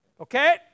okay